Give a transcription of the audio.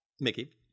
Mickey